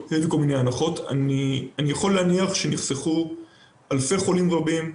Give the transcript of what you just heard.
אני יכול להניח שנחסכו אלפי חולים רבים.